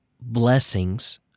blessings